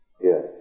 Yes